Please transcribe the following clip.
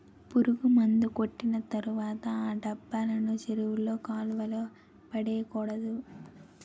పురుగుమందు కొట్టిన తర్వాత ఆ డబ్బాలను చెరువుల్లో కాలువల్లో పడేకూడదు